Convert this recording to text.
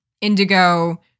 Indigo